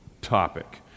topic